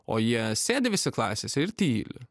o jie sėdi visi klasėse ir tyli